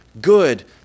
good